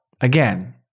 again